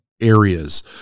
areas